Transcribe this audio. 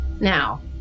now